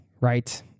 right